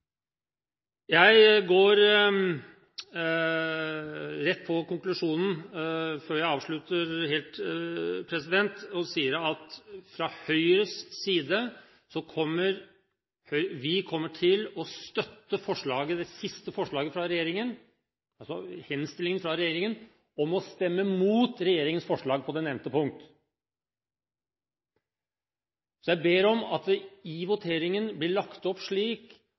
Jeg går rett på konklusjonen før jeg avslutter, og sier at vi fra Høyres side kommer til å støtte det siste forslaget fra regjeringen, altså henstillingen om å stemme imot regjeringens forslag på det nevnte punkt. Jeg ber om at voteringen blir lagt opp slik